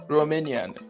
Romanian